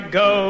go